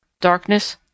darkness